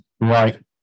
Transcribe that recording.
right